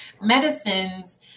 medicines